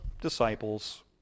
disciples